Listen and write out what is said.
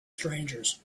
strangers